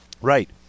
Right